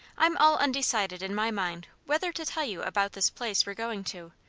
i'm all undecided in my mind whether to tell you about this place we're going to,